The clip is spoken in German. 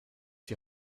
die